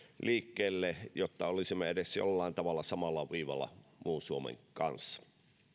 liikkeelle jotta olisimme edes jollain tavalla samalla viivalla muun suomen kanssa